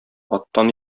аттан